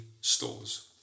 stores